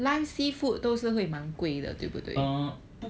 uh 不